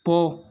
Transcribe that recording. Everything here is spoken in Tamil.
போ